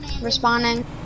responding